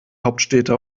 hauptstädte